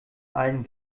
allen